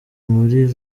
muri